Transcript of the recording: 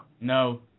No